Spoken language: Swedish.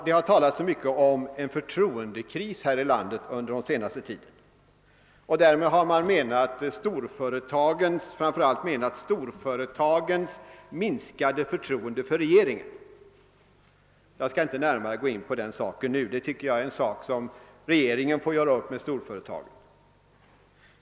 Det har talats mycket den senaste tiden om en förtroendekris här i landet. Därmed har man framför allt menat storföretagens minskade förtroende för regeringen. Jag skall inte gå in närmare på detta nu — det tycker jag är en sak som regeringen får göra upp med storföretagen.